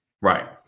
Right